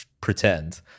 pretend